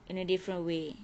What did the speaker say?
in a different way